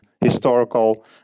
historical